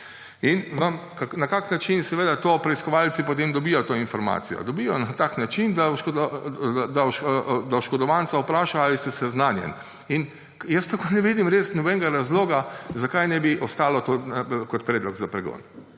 Na kakšen način to preiskovalci, potem dobijo to informacijo? Dobijo na tak način, da oškodovanca vpraša, ali ste seznanjeni. Jaz tukaj ne vidim nobenega razloga, zakaj ne bi ostalo to kot predlog za pregon.